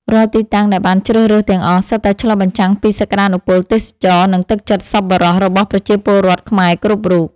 រាល់ទីតាំងដែលបានជ្រើសរើសទាំងអស់ សុទ្ធតែឆ្លុះបញ្ចាំងពីសក្ដានុពលទេសចរណ៍ និងទឹកចិត្តសប្បុរសរបស់ប្រជាពលរដ្ឋខ្មែរគ្រប់រូប។